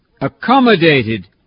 accommodated